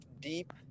deep